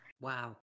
Wow